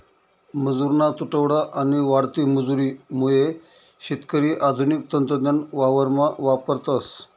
मजुरना तुटवडा आणि वाढती मजुरी मुये शेतकरी आधुनिक तंत्रज्ञान वावरमा वापरतस